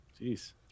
jeez